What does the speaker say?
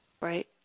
Right